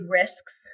risks